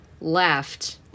left